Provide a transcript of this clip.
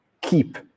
keep